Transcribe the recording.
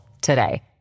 today